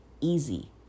easy